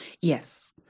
Yes